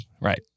Right